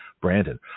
Brandon